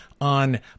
on